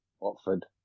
Watford